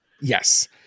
Yes